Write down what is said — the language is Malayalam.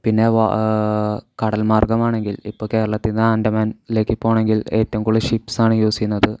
പിന്നെ കടൽമാർഗ്ഗമാണെങ്കിൽ ഇപ്പോൾ കേരളത്തിൽനിന്ന് ആൻറ്റമാനിലേക്ക് പോവണമെങ്കിൽ ഏറ്റവും കൂടുതൽ ഷിപ്പ്സ് ആണ് യൂസ് ചെയ്യുന്നത്